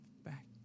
back